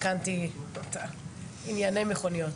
ענייני מכוניות.